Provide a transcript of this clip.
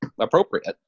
appropriate